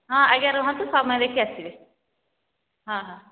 ହଁ ଆଜ୍ଞା ରୁହନ୍ତୁ ସମୟ ଦେଖିକି ଆସିବେ ହଁ ହଁ